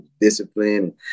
discipline